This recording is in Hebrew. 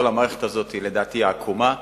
כל המערכת הזאת לדעתי עקומה,